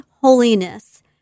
holiness